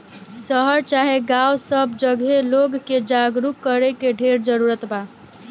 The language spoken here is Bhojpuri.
शहर चाहे गांव सब जगहे लोग के जागरूक करे के ढेर जरूरत बा